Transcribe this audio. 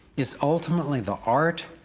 is ultimately the art,